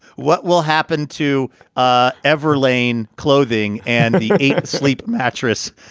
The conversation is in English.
what will happen to ah ever lane clothing and the sleep mattress?